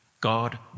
God